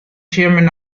chairman